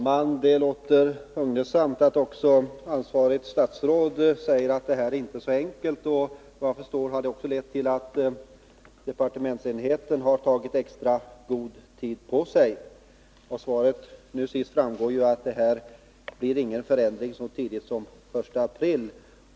Herr talman! Det är hugnesamt att också det ansvariga statsrådet säger att det här inte är så enkelt. Efter vad jag förstår har det också lett till att departementsenheten tagit extra god tid på sig. Av kommunikationsministerns senaste inlägg framgår ju att det inte blir någon förändring så tidigt som den 1 april.